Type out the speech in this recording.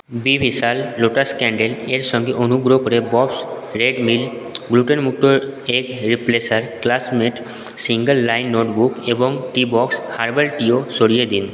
B Vishal lotus candle এর সঙ্গে অনুগ্রহ করে ববস রেড মিল গ্লুটেনমুক্ত egg replacer classmate single line notebook এবং টী বক্স হার্বাল টী ও সরিয়ে দিন